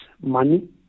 money